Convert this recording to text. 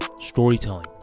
storytelling